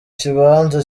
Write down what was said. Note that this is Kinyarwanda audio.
kibanza